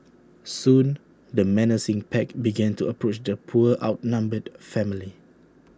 soon the menacing pack began to approach the poor outnumbered family